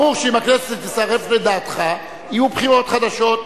ברור שאם הכנסת תצטרף לדעתך יהיו בחירות חדשות.